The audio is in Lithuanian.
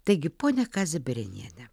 taigi ponia kaze bereniene